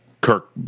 Kirk